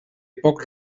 poc